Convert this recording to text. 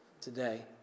today